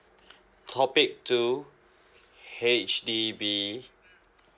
topic two H_D_B